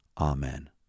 Amen